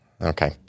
Okay